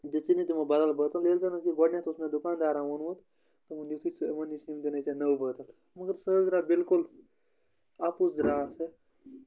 دِژٕے نہٕ تِمو بدل بٲتل ییٚلہِ زَن گۄڈٕنٮ۪تھ اوس مےٚ دُکانٛدارن ووٚنمُت دوٚپُن یُتھُے ژٕ یِمَن نِش یِم دِنَے ژےٚ نٔو بٲتٕل مگر سُہ حظ درٛاو بلکُل اَپُز درٛاو سُہ